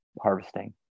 harvesting